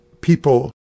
people